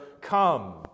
come